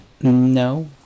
no